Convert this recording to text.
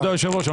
כבוד היושב ראש,